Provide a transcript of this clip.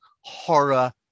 horror